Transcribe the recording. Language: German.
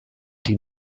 den